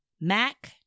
Mac